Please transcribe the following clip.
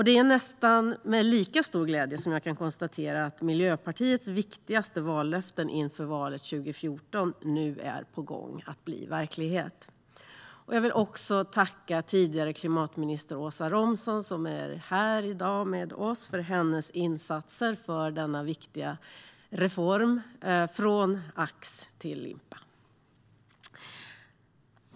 Det är med nästan lika stor glädje som jag kan konstatera att Miljöpartiets viktigaste vallöften inför valet 2014 nu är på gång att bli verklighet. Jag vill också tacka tidigare klimatminister Åsa Romson, som är här i dag med oss, för hennes insatser för denna viktiga reform, från ax till limpa.